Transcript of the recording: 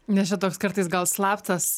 nes čia toks kartais gal slaptas